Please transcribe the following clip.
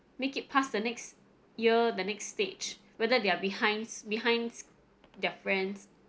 make it past the next year the next stage whether they are behinds behinds their friends